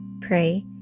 pray